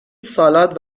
سالاد